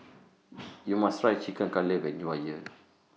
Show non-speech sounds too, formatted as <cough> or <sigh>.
<noise> YOU must Try Chicken Cutlet when YOU Are here <noise>